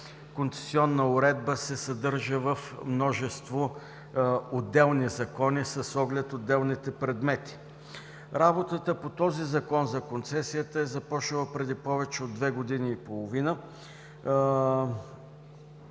концесионна уредба се съдържа в множество отделни закони с оглед отделните предмети. Работата по този Закон за концесиите е започнала преди повече от две години и половина,